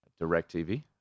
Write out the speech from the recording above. Directv